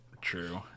true